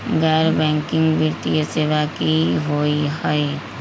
गैर बैकिंग वित्तीय सेवा की होअ हई?